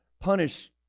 punish